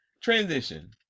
transition